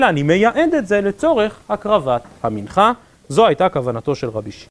אני מייעד את זה לצורך הקרבת המנחה, זו הייתה הכוונתו של רבי ש...